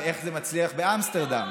ואיך זה מצליח באמסטרדם.